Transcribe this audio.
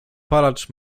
palacz